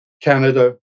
Canada